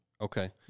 Okay